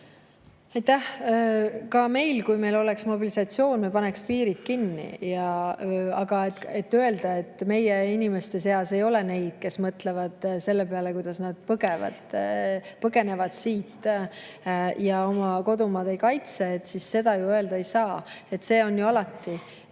elu? Kui meil oleks mobilisatsioon, me paneks piirid kinni. Aga öelda, et meie inimeste seas ei ole neid, kes mõtlevad selle peale, kuidas nad põgenevad siit ja oma kodumaad ei kaitse – seda ju öelda ei saa. See on alati